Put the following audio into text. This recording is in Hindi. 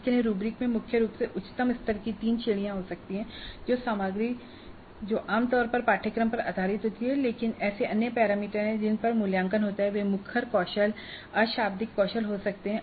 इसके लिए रूब्रिक में मुख्य रूप से उच्चतम स्तर पर 3 श्रेणियां हो सकती हैं वह सामग्री जो आमतौर पर पाठ्यक्रम पर आधारित होती है लेकिन ऐसे अन्य पैरामीटर हैं जिन पर मूल्यांकन होता है वे मुखर कौशल और अशाब्दिक कौशल हो सकते हैं